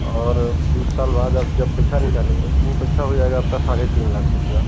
और बीस साल बाद अब जब आप पैसा निकालेंगे तो वह पैसा हो जाएगा आपका साढ़े तीन लाख रुपये